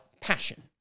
passion